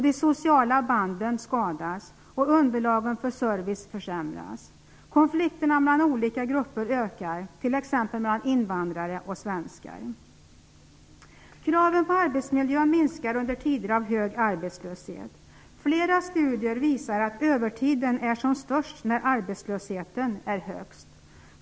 De sociala banden skadas, och underlagen för service försämras. Konflikterna mellan olika grupper ökar, t.ex. mellan invandrare och svenskar. Kraven på arbetsmiljön minskar under tider av hög arbetslöshet. Flera studier visar att övertiden är som störst när arbetslösheten är högst.